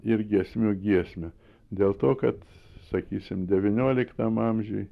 ir giesmių giesmę dėl to kad sakysim devynioliktam amžiui